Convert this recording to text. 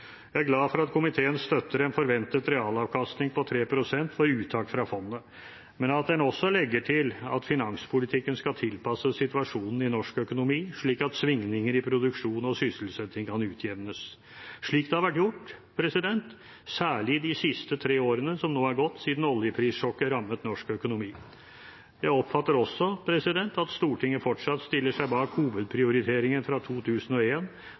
Jeg er glad for at komiteen støtter en forventet realavkastning på 3 pst. for uttak fra fondet, men at en også legger til at finanspolitikken skal tilpasses situasjonen i norsk økonomi slik at svingninger i produksjon og sysselsetting kan utjevnes – slik det har vært gjort særlig de siste tre årene som nå er gått siden oljeprissjokket rammet norsk økonomi. Jeg oppfatter også at Stortinget fortsatt stiller seg bak hovedprioriteringen fra